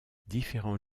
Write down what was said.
différents